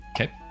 Okay